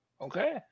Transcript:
Okay